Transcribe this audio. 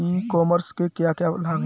ई commerce के क्या क्या लाभ हैं?